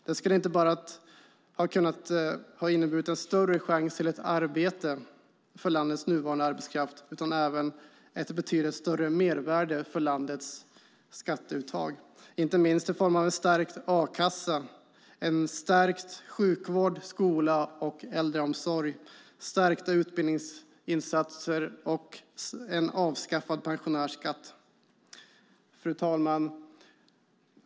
Det skulle inte bara ha kunnat innebära en större chans till ett arbete för landets nuvarande arbetskraft utan även ett betydligt större mervärde för landets skatteuttag, inte minst i form av en stärkt a-kassa, en stärkt sjukvård, skola och äldreomsorg, stärkta utbildningsinsatser och en avskaffad pensionärsskatt. Fru talman!